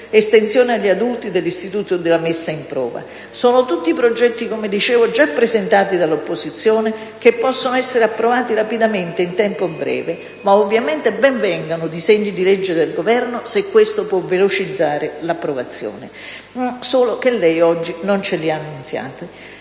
estensione agli adulti dell'istituto della messa alla prova. Sono tutti progetti, come dicevo, già presentati dall'opposizione, che possono essere rapidamente approvati in tempi brevi, ma ovviamente ben vengano anche disegni di legge del Governo, se questo può velocizzare l'*iter* di approvazione. Solo che lei oggi non ce li ha annunziati.